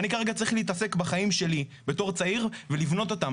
אני כרגע צריך להתעסק בחיים שלי בתור צעיר ולבנות אותם,